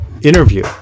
interview